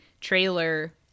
trailer